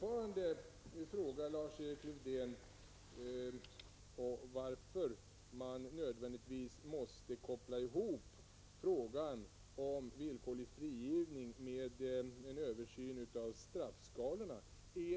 Jag vill fråga Lars-Erik Lövdén: Varför måste man nödvändigtvis koppla ihop frågan om villkorlig frigivning med en översyn av straffskalorna?